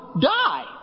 die